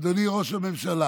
אדוני ראש הממשלה,